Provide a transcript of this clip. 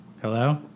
Hello